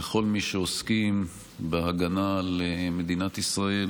וכל מי שעוסקים בהגנה על מדינת ישראל